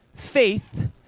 Faith